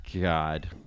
God